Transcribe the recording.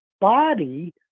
body